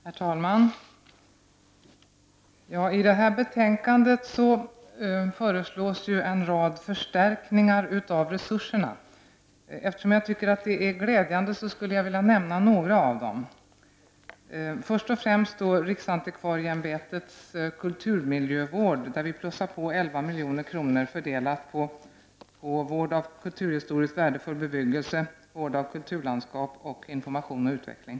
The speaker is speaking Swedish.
Herr talman! I det här betänkandet föreslås glädjande nog en rad förstärkningar av resurserna, och jag skulle vilja nämna några av dem. Till riksantikvarieämbetets kulturmiljövård plussar man på 11 milj.kr., fördelade på vård av kulturhistoriskt värdefull bebyggelse, på vård av kulturlandskap samt på information och utveckling.